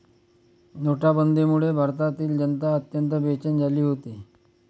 नोटाबंदीमुळे भारतातील जनता अत्यंत बेचैन झाली होती